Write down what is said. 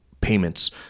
payments